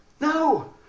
No